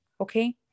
Okay